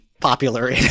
popular